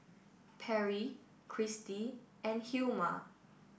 Perri Kristy and Hilma